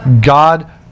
God